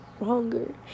stronger